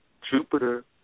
Jupiter